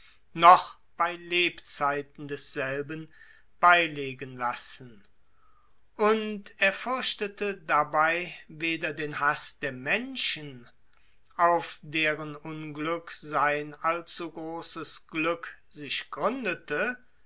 noch bei lebzeiten desselben beilegen lassen und er fürchtet dabei weder den haß der menschen auf deren unglück sein allzu großes glück sich gründete